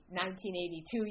1982